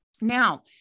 Now